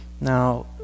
Now